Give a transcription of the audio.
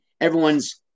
everyone's